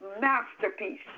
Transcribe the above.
masterpiece